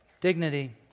Dignity